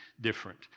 different